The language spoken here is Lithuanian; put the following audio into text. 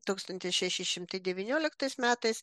tūkstantis šeši šimtai devynioliktais metais